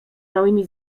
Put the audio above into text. małymi